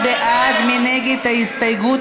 ההסתייגות